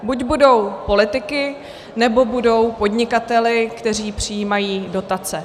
Buď budou politiky, nebo budou podnikateli, kteří přijímají dotace.